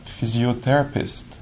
physiotherapist